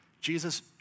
Jesus